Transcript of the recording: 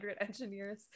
engineers